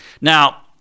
Now